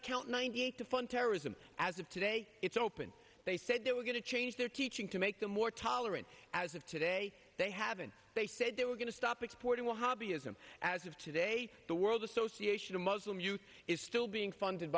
account ninety eight to fund terrorism as of today it's open they said they were going to change their teaching to make them more tolerant as of today they haven't they said they were going to stop exporting a hobby isn't as of today the world association of muslim youth is still being funded